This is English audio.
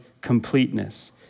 completeness